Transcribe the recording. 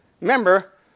remember